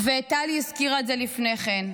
טלי הזכירה את זה לפני כן,